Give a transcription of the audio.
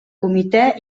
comité